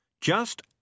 Just